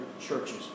churches